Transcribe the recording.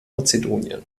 mazedonien